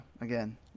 Again